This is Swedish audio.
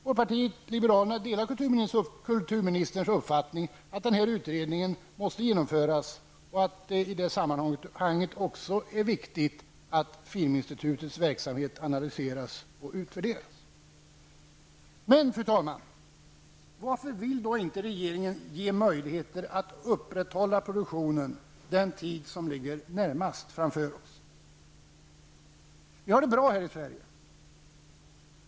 Folkpartiet liberalerna delar kulturministerns uppfattning att denna utredning måste genomföras och att det i det sammanhanget också är viktigt att filminstitutets verksamhet analyseras och utvärderas. Men, fru talman, varför vill då inte regeringen ge möjligheter att upprätthålla produktionen den tid som ligger närmast framför oss? Vi har det bra här i Sverige.